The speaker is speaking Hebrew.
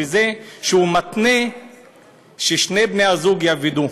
בזה שהוא מתנה ששני בני הזוג יעבדו.